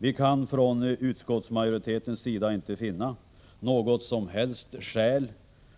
Vi kan från utskottsmajoritetens sida inte finna något som helst skäl